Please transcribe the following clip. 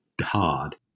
hard